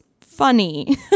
funny